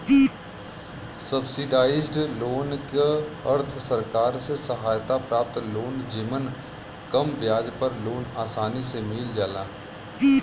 subsidised loan क अर्थ सरकार से सहायता प्राप्त लोन जेमन कम ब्याज पर लोन आसानी से मिल जाला